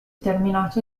terminato